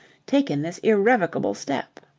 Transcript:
taken this irrevocable step.